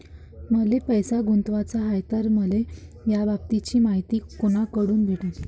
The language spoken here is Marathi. मले पैसा गुंतवाचा हाय तर मले याबाबतीची मायती कुनाकडून भेटन?